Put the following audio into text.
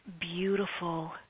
beautiful